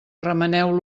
remeneu